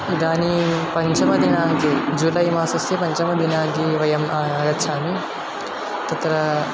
इदानीं पञ्चमदिनाङ्के जुलै मासस्य पञ्चमदिनाङ्के वयम् आगच्छामः तत्र